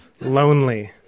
lonely